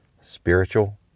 spiritual